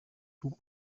tout